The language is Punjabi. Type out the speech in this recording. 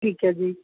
ਠੀਕ ਹੈ ਜੀ